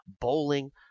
bowling